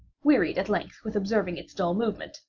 wearied at length with observing its dull movement,